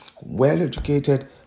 well-educated